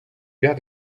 paire